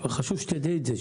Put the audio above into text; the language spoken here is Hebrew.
חשוב שתדעי את זה.